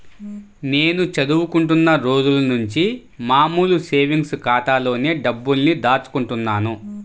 నేను చదువుకుంటున్న రోజులనుంచి మామూలు సేవింగ్స్ ఖాతాలోనే డబ్బుల్ని దాచుకుంటున్నాను